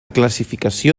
classificació